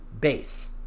base